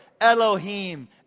Elohim